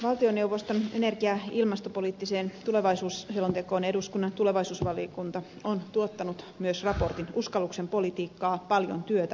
valtioneuvoston energia ja ilmastopoliittiseen tulevaisuusselontekoon eduskunnan tulevaisuusvaliokunta on tuottanut myös raportin uskalluksen politiikka paljon työtä vähän päästöjä